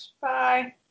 Bye